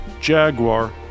Jaguar